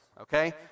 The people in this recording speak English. okay